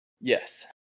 Yes